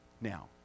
Now